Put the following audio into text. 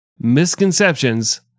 misconceptions